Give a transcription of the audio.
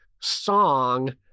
song